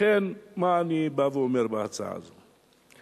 לכן מה אני בא ואומר בהצעה הזו?